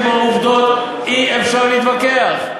ועם העובדות אי-אפשר להתווכח.